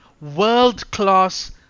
world-class